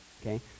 okay